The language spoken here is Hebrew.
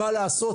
מה לעשות?